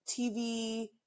tv